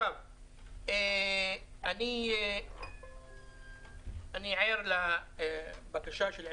אני ער לבקשה של 21,